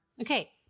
Okay